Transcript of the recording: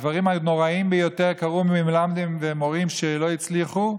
הדברים הנוראיים ביותר קרו ממלמדים ומורים שלא הצליחו,